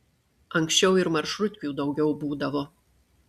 anksčiau ir maršrutkių daugiau būdavo